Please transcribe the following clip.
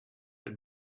het